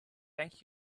thank